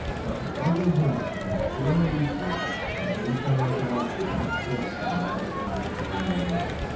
dr. audrey horning has done thorough research on jamestown archaeology and its place in a wider english colonial world.